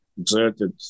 exerted